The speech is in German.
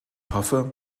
hoffe